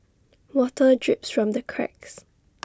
water drips from the cracks